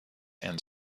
and